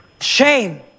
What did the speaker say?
Shame